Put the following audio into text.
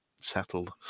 settled